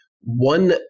one